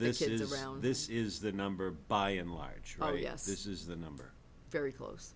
is around this is the number by and large yes this is the number very close